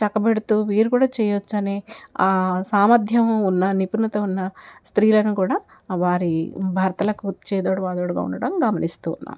చక్కబెడుతూ వీరు కూడా చేయొచ్చనే సామర్థ్యం ఉన్న నిపుణత ఉన్న స్త్రీలను కూడా వారి భర్తలకు చేదోడు వాదోడుగా ఉండటం గమనిస్తూ ఉన్నాము